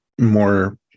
more